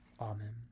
Amen